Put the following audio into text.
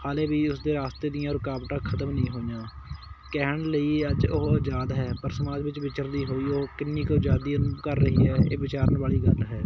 ਹਾਲੇ ਵੀ ਉਸਦੇ ਰਸਤੇ ਦੀਆਂ ਰੁਕਾਵਟਾਂ ਖਤਮ ਨਹੀਂ ਹੋਈਆਂ ਕਹਿਣ ਲਈ ਅੱਜ ਉਹ ਆਜ਼ਾਦ ਹੈ ਪਰ ਸਮਾਜ ਵਿੱਚ ਵਿਚਰਦੀ ਹੋਈ ਉਹ ਕਿੰਨੀ ਕੁ ਆਜ਼ਾਦੀ ਕਰ ਰਹੀ ਹੈ ਇਹ ਵਿਚਾਰਨ ਵਾਲੀ ਗੱਲ ਹੈ